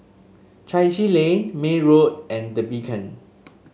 Chai Chee Lane May Road and The Beacon